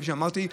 כפי שאמרתי,